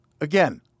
again